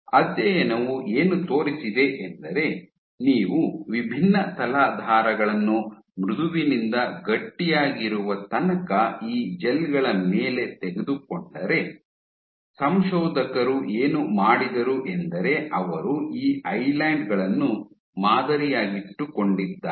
ಅಧ್ಯಯನವು ಏನು ತೋರಿಸಿದೆ ಎಂದರೆ ನೀವು ವಿಭಿನ್ನ ತಲಾಧಾರಗಳನ್ನು ಮೃದುವಿನಿಂದ ಗಟ್ಟಿಯಾಗಿರುವ ತನಕ ಈ ಜೆಲ್ ಗಳ ಮೇಲೆ ತೆಗೆದುಕೊಂಡರೆ ಸಂಶೋಧಕರು ಏನು ಮಾಡಿದರು ಎಂದರೆ ಅವರು ಈ ಐಲ್ಯಾಂಡ್ ಗಳನ್ನು ಮಾದರಿಯಾಗಿಟ್ಟುಕೊಂಡಿದ್ದಾರೆ